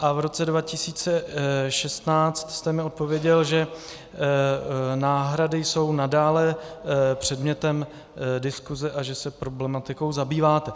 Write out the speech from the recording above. A v roce 2016 jste mi odpověděl, že náhrady jsou nadále předmětem diskuse a že se problematikou zabýváte.